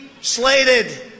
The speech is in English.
slated